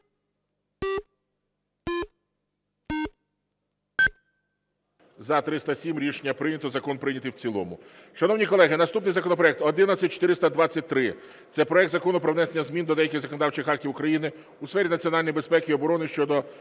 За-307 Рішення прийнято. Закон прийнятий в цілому. Шановні колеги, наступний законопроект 11423 – це проект Закону про внесення змін до деяких законодавчих актів України у сфері національної безпеки і оборони щодо